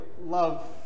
love